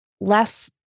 less